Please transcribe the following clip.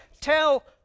Tell